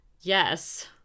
Yes